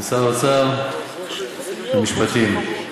משרד האוצר ומשרד המשפטים.